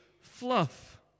fluff